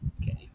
Okay